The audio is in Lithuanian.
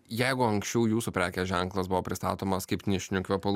jeigu anksčiau jūsų prekės ženklas buvo pristatomas kaip nišinių kvepalų